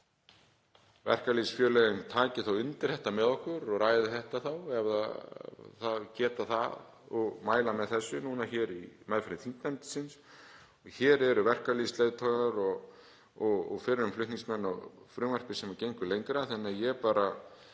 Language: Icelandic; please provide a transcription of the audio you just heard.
verkalýðsfélögin taki undir þetta með okkur og ræði þetta ef þau geta það og mæli með þessu núna í meðferð þingsins. Hér eru verkalýðsleiðtogar og fyrrum flutningsmenn að frumvarpi sem gengur lengra þannig að ég bara